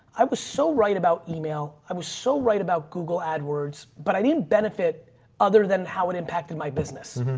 i was so right about email. i was so right about google ad words, but i didn't benefit other than how it impacted my business.